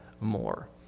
more